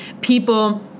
People